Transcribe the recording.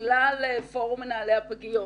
לכלל פורום מנהלי הפגיות.